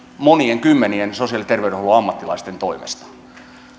monien kymmenien sosiaali ja terveydenhuollon ammattilaisten toimesta